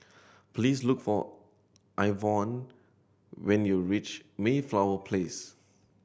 please look for Ivonne when you reach Mayflower Place